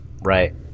Right